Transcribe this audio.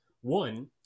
one